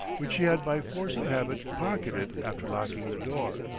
which he had by force of habit pocketed after locking the door.